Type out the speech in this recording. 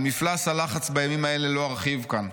על מפלס הלחץ בימים האלה לא ארחיב כאן,